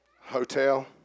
Hotel